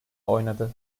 oynadı